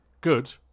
Good